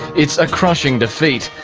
it's a crushing defeat,